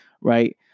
right